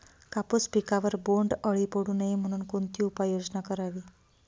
कापूस पिकावर बोंडअळी पडू नये म्हणून कोणती उपाययोजना करावी?